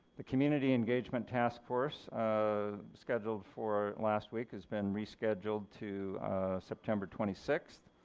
the community engagement task force um scheduled for last week has been rescheduled to september twenty sixth.